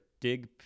Dig